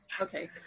Okay